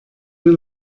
mir